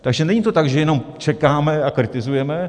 Takže není to tak, že jenom čekáme a kritizujeme.